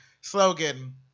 slogan